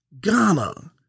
Ghana